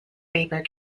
vapor